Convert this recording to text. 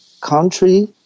country